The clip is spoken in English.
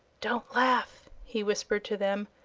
don't laugh, he whispered to them,